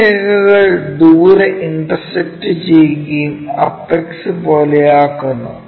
ഈ രേഖകൾ ദൂരെ ഇന്റർസെക്ക്ട് ചെയ്യുകയും അപ്പക്സ് പോലെയാക്കുന്നു